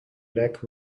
black